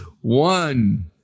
One